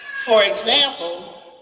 for example,